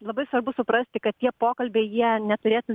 labai svarbu suprasti kad tie pokalbiai jie neturėtų